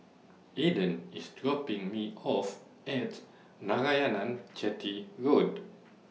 Ayden IS dropping Me off At Narayanan Chetty Road